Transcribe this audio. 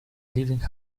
living